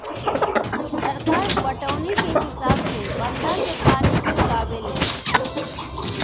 सरकार पटौनी के हिसाब से बंधा से पानी खोलावे ले